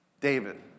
David